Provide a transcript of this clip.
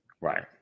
Right